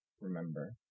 remember